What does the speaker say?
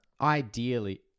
ideally